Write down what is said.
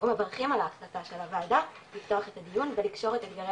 ומברכים על ההחלטה של הועדה לפתוח את הדיון ולקשור את אתגרי